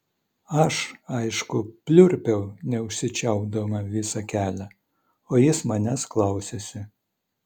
aš aišku pliurpiau neužsičiaupdama visą kelią o jis manęs klausėsi